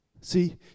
see